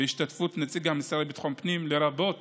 בהשתתפות הנציג של המשרד לביטחון פנים, לרבות